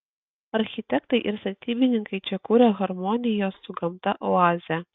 architektai ir statybininkai čia kuria harmonijos su gamta oazę